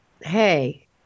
hey